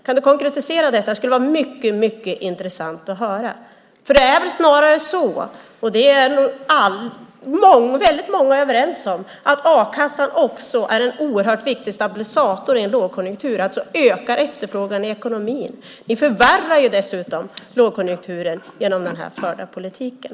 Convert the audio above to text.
Kan du konkretisera detta? Det skulle vara mycket intressant att höra. Det är väl snarare så, vilket väldigt många är överens om, att a-kassan i en lågkonjunktur är en oerhört viktig stabilisator som ökar efterfrågan i ekonomin. Ni förvärrar lågkonjunkturen genom den förda politiken.